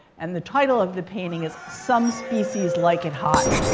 and the title of the painting is some species like it hot.